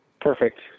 Perfect